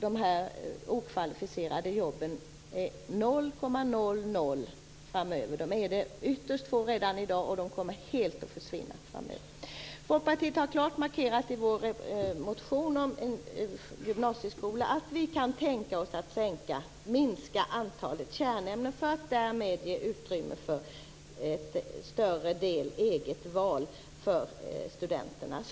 De okvalificerade jobben är ju ytterst få redan i dag, och de kommer att helt försvinna framöver. Vi i Folkpartiet har i vår motion om gymnasieskolan klart markerat att vi kan tänka oss att minska antalet kärnämnen för att därmed ge utrymme för en större del eget val för studenterna.